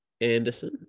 Anderson